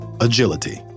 Agility